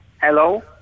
Hello